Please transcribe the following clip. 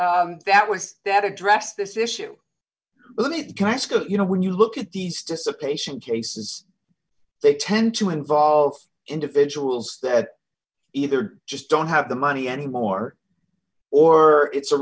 d that was that address this issue let me can i ask of you know when you look at these dissipating cases they tend to involve individuals that either just don't have the money anymore or it's a